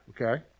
okay